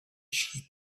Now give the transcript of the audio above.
sheep